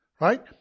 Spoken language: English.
Right